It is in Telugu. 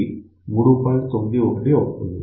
91 అవుతుంది